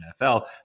NFL